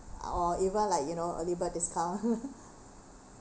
or even like you know early bird discount